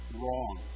wrong